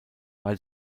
weil